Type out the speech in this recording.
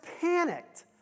panicked